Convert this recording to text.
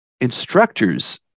instructors